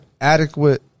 adequate